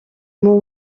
mot